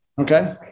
okay